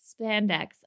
spandex